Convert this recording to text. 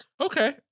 Okay